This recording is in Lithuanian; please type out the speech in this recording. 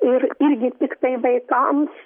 ir irgi tiktai vaikams